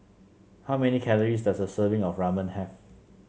how many calories does a serving of Ramen have